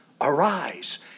Arise